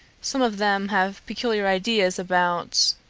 some of them have peculiar ideas about